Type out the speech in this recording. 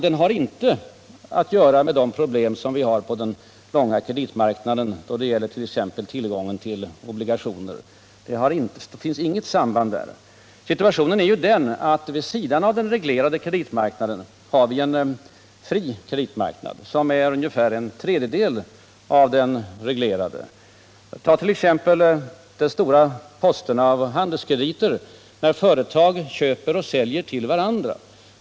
Den har inte att göra med de problem som vi i dag har på den långa kreditmarknaden då det gäller t.ex. tillgången till obligationer. Här finns alltså inget samband. Situationen är den att vid sidan av den reglerade kreditmarknaden har vi en fri kreditmarknad, som motsvarar ungefär en tredjedel av den reglerade. Ta t.ex. den stora posten av handelskrediter, när företag köper av och säljer till varandra.